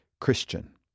Christian